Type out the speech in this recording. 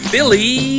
Billy